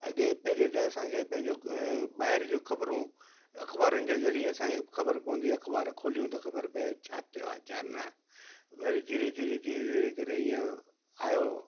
अॻे पहिरीं त असांखे पंहिंजो ॿाहिरि जूं ख़बरूं अख़बारुनि जे ज़रिए असांखे ख़बर पवंदी आहे अख़बार खोलियूं त ख़बर पिए छा थियो आहे छा न वरी धीरे धीरे धीरे धीरे करे इअं आयो